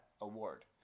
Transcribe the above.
award